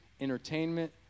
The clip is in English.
entertainment